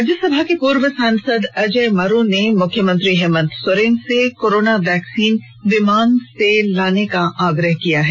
राज्यसभा के पूर्व सांसद अजय मारू ने मुख्यमंत्री हेमंत सोरेन से कोरोना वैक्सीन विमान से मंगवाने का आग्रह किया है